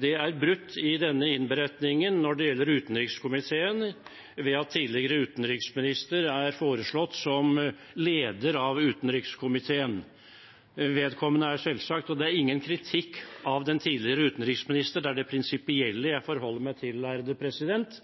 Det er brutt i denne innberetningen når det gjelder utenriks- og forsvarskomiteen, ved at tidligere utenriksminister er foreslått som leder av utenriks- og forsvarskomiteen. Det er ingen kritikk av den tidligere utenriksminister, men det er det prinsipielle jeg forholder meg til.